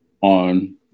on